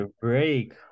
break